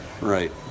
right